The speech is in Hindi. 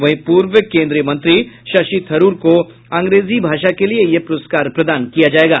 वहीं पूर्व केन्द्रीय मंत्री शशि थरूर को अंग्रेजी भाषा के लिये यह प्रस्कार प्रदान किया जायेगा